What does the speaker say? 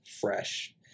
fresh